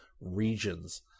regions